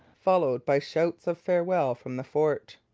followed by shouts of farewell from the fort.